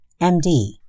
MD